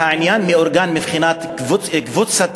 והעניין מאורגן מבחינה קבוצתית.